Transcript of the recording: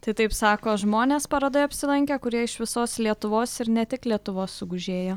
tai taip sako žmonės parodoj apsilankę kurie iš visos lietuvos ir ne tik lietuvos sugužėjo